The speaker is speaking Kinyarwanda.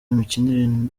imikinire